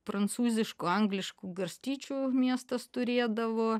prancūziškų angliškų garstyčių miestas turėdavo